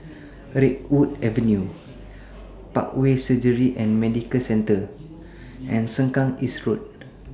Redwood Avenue Parkway Surgery and Medical Centre and Sengkang East Road